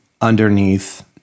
underneath